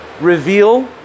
reveal